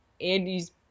Andy's